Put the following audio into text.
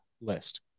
list